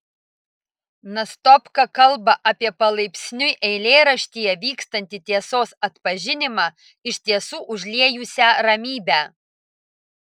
nastopka kalba apie palaipsniui eilėraštyje vykstantį tiesos atpažinimą iš tiesų užliejusią ramybę